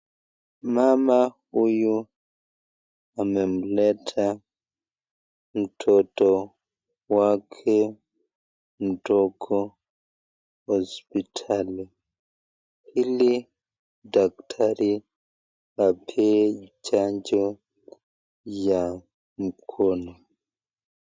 Mama huyu amemleta mtoto wake mdogo hospitali, ili daktari apee chanjo ya mkono.